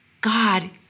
God